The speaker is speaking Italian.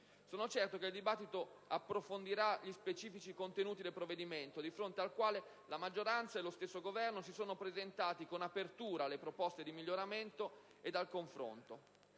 Sono certo che il dibattito approfondirà gli specifici contenuti del provvedimento. La maggioranza e lo stesso Governo si sono presentati favorevoli alle proposte di miglioramento ed al confronto.